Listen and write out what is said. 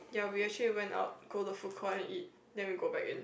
ya we actually went out go the food court and eat then we go back again